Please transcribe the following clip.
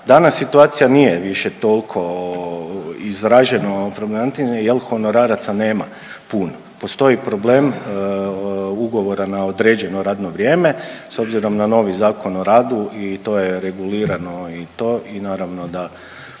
Danas situacija nije više tolko izraženo…/Govornik se ne razumije/…jel honoraraca nema puno. Postoji problem ugovora na određeno radno vrijeme s obzirom na novi Zakon o radu i to regulirano i to i naravno da